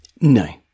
No